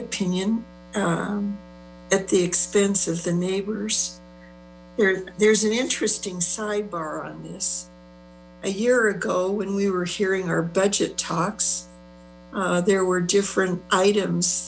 opinion at the expense of the neighbors there's an interesting sidebar on this a year ago when we were hearing our budget talks there were different items